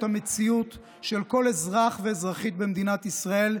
המציאות של כל אזרח ואזרחית במדינת ישראל,